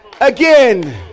again